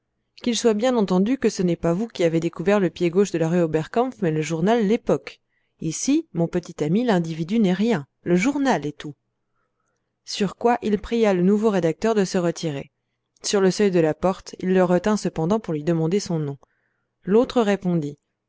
qu'il soit bien entendu que ce n'est pas vous qui avez découvert le pied gauche de la rue oberkampf mais le journal l'époque ici mon petit ami l'individu n'est rien le journal est tout sur quoi il pria le nouveau rédacteur de se retirer sur le seuil de la porte il le retint cependant pour lui demander son nom l'autre répondit